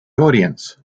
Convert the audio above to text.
audience